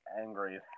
angry